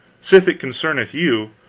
sith it concerneth you,